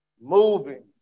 moving